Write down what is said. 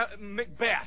Macbeth